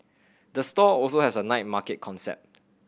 the store also has a night market concept